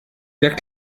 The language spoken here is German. der